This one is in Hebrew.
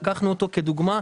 לקחנו אותו כדוגמה,